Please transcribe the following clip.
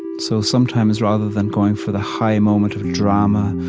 so, sometimes, rather than going for the high moment of drama,